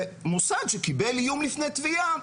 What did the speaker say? ומוסד שקיבל איום לפני תביעה,